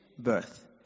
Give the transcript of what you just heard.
birth